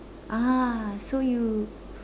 ah so you